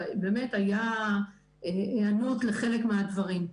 ובאמת הייתה היענות לחלק מהדברים.